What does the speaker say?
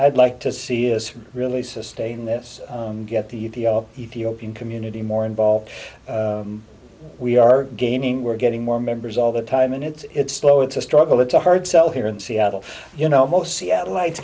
'd like to see this really sustain this get the ethiopian community more involved we are gaining we're getting more members all the time and it's slow it's a struggle it's a hard sell here in seattle you know most seattle lights